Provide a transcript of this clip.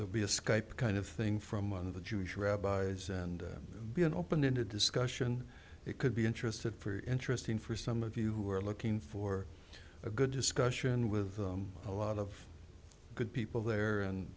other be a skype kind of thing from one of the jewish rabbis and be an open ended discussion it could be interested for interesting for some of you who are looking for a good discussion with a lot of good people there and